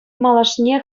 малашне